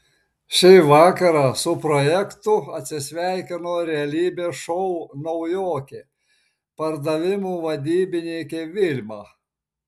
šį vakarą su projektu atsisveikino realybės šou naujokė pardavimų vadybininkė vilma